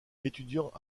étudiant